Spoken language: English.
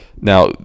Now